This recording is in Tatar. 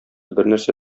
бернәрсә